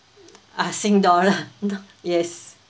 ah sing dollar not yes